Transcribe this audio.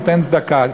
תיתן צדקה.